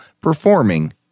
performing